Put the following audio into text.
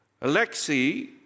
Alexei